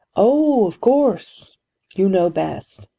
oh, of course you know best.